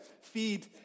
feed